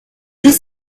dix